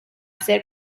ser